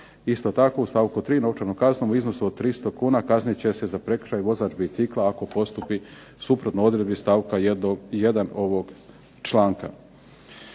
Isto tako, u stavku 3. novčanom kaznom u iznosu od 300 kuna kaznit će se za prekršaj vozač bicikla ako postupi suprotno odredbi stavak 1. ovoga članka.